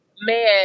Man